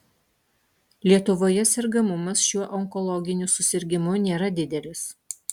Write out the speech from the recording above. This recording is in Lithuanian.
lietuvoje sergamumas šiuo onkologiniu susirgimu nėra didelis